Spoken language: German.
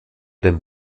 den